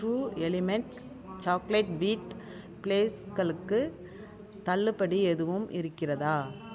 true Elements chocolate wheat பிளேக்ஸ்களுக்கு தள்ளுபடி எதுவும் இருக்கிறதா